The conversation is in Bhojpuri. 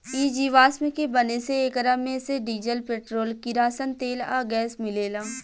इ जीवाश्म के बने से एकरा मे से डीजल, पेट्रोल, किरासन तेल आ गैस मिलेला